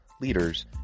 leaders